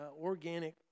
organic